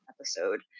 episode